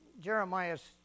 Jeremiah's